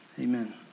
amen